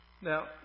Now